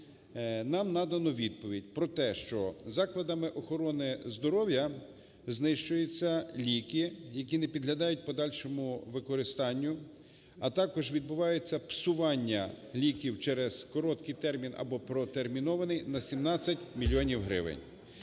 нам надано відповідь про те, що закладами охорони здоров'я знищуються ліки, які не підлягають подальшому використанню, а також відбувається псування ліків через короткий термін або протермінований на 17 мільйонів гривень.